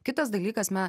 kitas dalykas na